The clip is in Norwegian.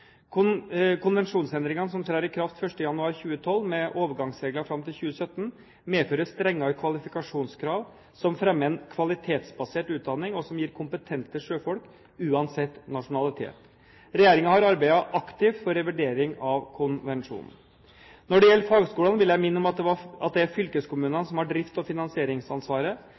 Konvensjonsendringene, som trer i kraft 1. januar 2012 med overgangsregler fram til 2017, medfører strengere kvalifikasjonskrav som fremmer en kvalitetsbasert utdanning, og som gir kompetente sjøfolk uansett nasjonalitet. Regjeringen har arbeidet aktivt for revidering av konvensjonen. Når det gjelder fagskolene, vil jeg minne om at det er fylkeskommunene som har drifts- og finansieringsansvaret.